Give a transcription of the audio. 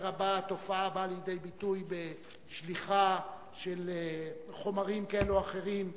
התופעה באה לידי ביטוי בשליחה של חומרים כאלה ואחרים,